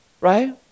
Right